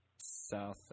South